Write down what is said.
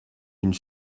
une